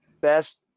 best